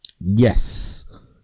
Yes